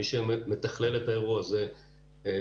מי שמתכלל את האירוע זה המשטרה,